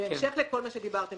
בהמשך לכל מה שדיברתם